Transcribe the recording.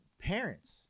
parents –